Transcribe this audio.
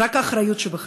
זה רק האחריות שבך.